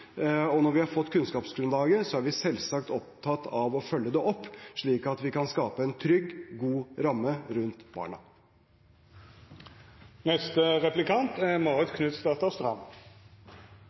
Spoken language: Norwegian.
og når vi har fått kunnskapsgrunnlaget, er vi selvsagt opptatt av å følge det opp, slik at vi kan skape en trygg og god ramme rundt barna. Leken er